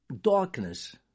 darkness